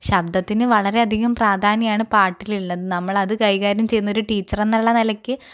ശബ്ദത്തിന് വളരെ അധികം പ്രാധാന്യമാണ് പാട്ടിലിള്ളത് നമ്മൾ അത് കൈകാര്യം ചെയ്യുന്ന ഒരു ടീച്ചർ എന്നുള്ള നിലയ്ക്ക്